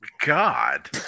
God